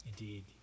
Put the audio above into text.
Indeed